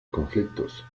conflictos